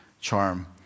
charm